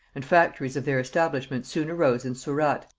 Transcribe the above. and factories of their establishment soon arose in surat,